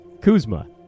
Kuzma